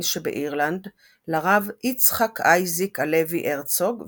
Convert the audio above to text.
שבאירלנד לרב יצחק אייזיק הלוי הרצוג ושרה,